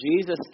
Jesus